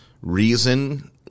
reason